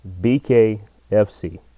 BKFC